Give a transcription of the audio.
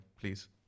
please